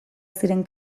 ziren